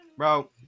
Bro